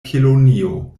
kelonio